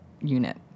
unit